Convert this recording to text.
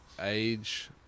age